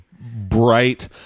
bright